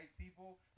people